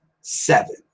seven